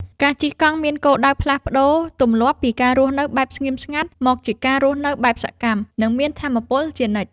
ការជិះកង់មានគោលដៅផ្លាស់ប្តូរទម្លាប់ពីការរស់នៅបែបស្ងៀមស្ងាត់ មកជាការរស់នៅបែបសកម្ម និងមានថាមពលជានិច្ច។